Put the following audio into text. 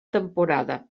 temporada